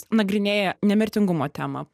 nagrinėja nemirtingumo temą